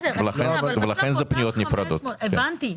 הבנתי.